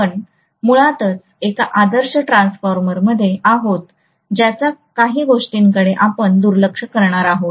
पण मुळातच एका आदर्श ट्रान्सफॉर्मरमध्ये आहोत ज्याचा काही गोष्टींकडे आपण दुर्लक्ष करणार आहोत